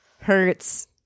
hurts